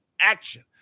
action